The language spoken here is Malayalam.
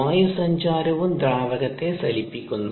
വായുസഞ്ചാരവും ദ്രാവകത്തെ ചലിപ്പിക്കുന്നു